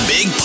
Big